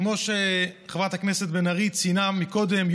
וכמו שחברת הכנסת בן ארי ציינה קודם,